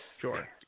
Sure